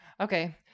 Okay